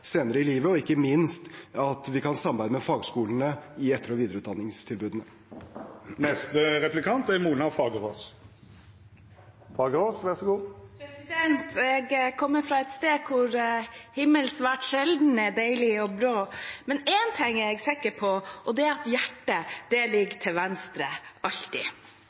senere i livet, og ikke minst at vi kan samarbeide med fagskolene i etter- og videreutdanningstilbudene. Jeg kommer fra et sted hvor himmelen svært sjelden er deilig og blå, men én ting er jeg sikker på, og det er at hjertet ligger til venstre – alltid.